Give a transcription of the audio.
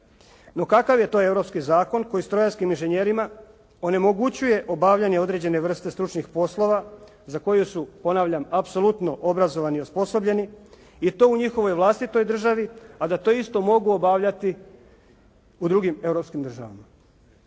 No kakav je to europski zakon koji strojarskim inženjerima onemogućuje obavljanje određene vrste stručnih poslova za koju su ponavljam apsolutno obrazovani i osposobljeni i to u njihovoj vlastitoj državi, a da to isto mogu obavljati u drugim europskim državama.